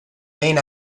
main